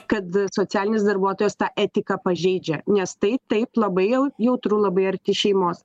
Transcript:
kad socialinis darbuotojas tą etiką pažeidžia nes tai taip labai jau jautru labai arti šeimos